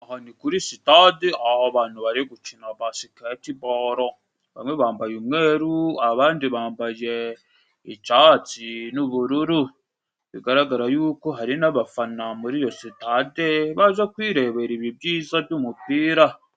Aha ni kuri sitade, aho abantu bari gucina basiketibolo, bamwe bambaye umweru, abandi bambaye icyatsi n'ubururu. Bigaragara yuko hari n'abafana muri iyo sitade, baza kwirebera ibi byiza by'umupira.